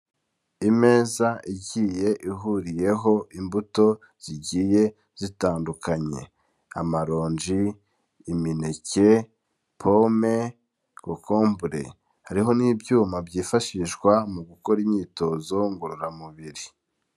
Imeza igiye ihuriyeho imbuto zigiye zitandukanye amaronji, imineke ,pome ,cokombure hariho n'ibyuma byifashishwa mu gukora imyitozo ngororamubiri.